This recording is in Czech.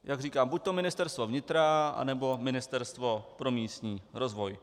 Jak říkám, buď Ministerstvo vnitra, anebo Ministerstvo pro místní rozvoj.